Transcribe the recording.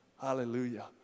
Hallelujah